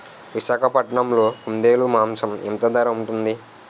విశాఖపట్నంలో కుందేలు మాంసం ఎంత ధర ఉంటుంది?